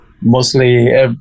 mostly